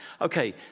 Okay